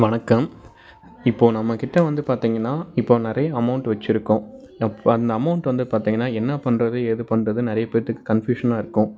வணக்கம் இப்போ நம்ம கிட்ட வந்து பார்த்தீங்கன்னா இப்போ நிறைய அமௌண்ட் வச்சுருக்கோம் அந்த அமௌண்ட் வந்து பார்த்தீங்கன்னா என்னாப் பண்ணுறது ஏதுப் பண்ணுறதுன்னு நிறையப் பேர்த்துக்கு கன்ஃப்யூஷனாக இருக்கும்